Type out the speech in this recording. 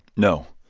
no,